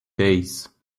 days